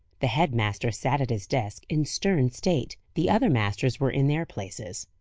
the head-master sat at his desk in stern state the other masters were in their places.